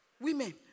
Women